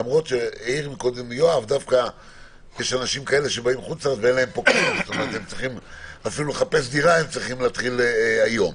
למרות שיש אנשים שבאים מחו"ל ואפילו לחפש דירה הם צריכים להתחיל היום.